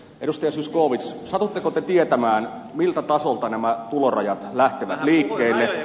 edustaja zyskowicz satutteko te tietämään miltä tasolta nämä tulorajat lähtevät liikkeelle